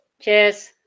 cheers